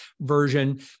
version